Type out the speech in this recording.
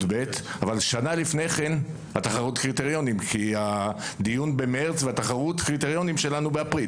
אבל שנה לפני כן יש תחרות קריטריונים כי הדיון במרץ והתחרות באפריל,